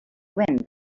wind